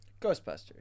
Ghostbusters